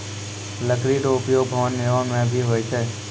लकड़ी रो उपयोग भवन निर्माण म भी होय छै